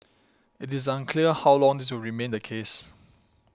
it is unclear how long this will remain the case